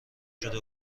شده